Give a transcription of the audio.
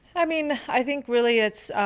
i mean, i think really, it's